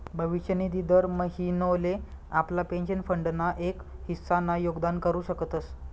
भविष्य निधी दर महिनोले आपला पेंशन फंड ना एक हिस्सा ना योगदान करू शकतस